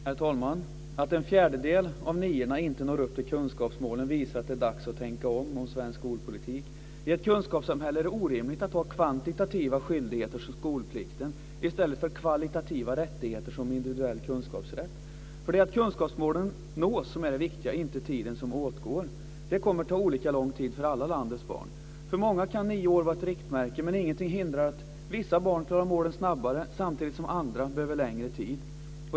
Herr talman! En fjärdedel av 9:orna når inte upp till kunskapsmålen. Det visar att det är dags att tänka om i svensk skolpolitik. I ett kunskapssamhälle är det orimligt att ha kvantitativa skyldigheter som skolplikten i stället för kvalitativa rättigheter som individuell kunskapsrätt. Det är att kunskapsmålen nås som är det viktiga, och inte tiden som åtgår. Det kommer att ta olika lång tid för alla landets barn. För många kan nio år vara ett riktmärke, men ingenting hindrar att vissa barn når målen snabbare samtidigt som andra behöver längre tid.